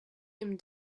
him